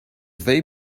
they